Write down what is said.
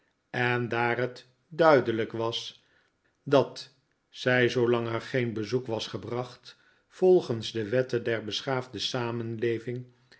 en daar het duidelijk was dat zij zoolang er geen bezoek was gebracht volgens de wetten der beschaafde samenleving